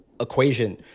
equation